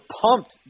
pumped